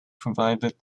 provided